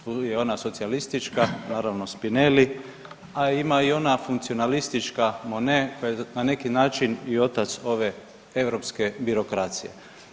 Tu je ona socijalistička, naravno Spinelli a ima i ona funkcionalistička Mone koji je na neki način i otac ove europske birokracije.